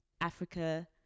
Africa